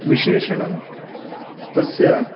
विशेषणं तस्य